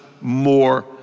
more